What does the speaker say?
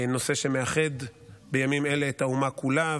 נושא שמאחד בימים אלה את האומה כולה.